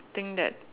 think that